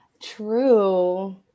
True